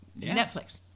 Netflix